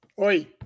oi